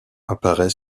apparaît